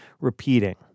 repeating